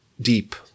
deep